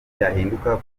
byahinduka